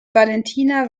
valentina